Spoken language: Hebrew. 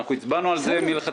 ואנחנו הצבענו על זה מלכתחילה.